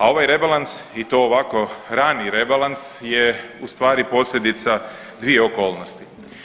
A ovaj rebalans i to ovako rani rebalans je u stvari posljedica dvije okolnosti.